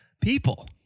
people